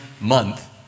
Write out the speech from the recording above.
month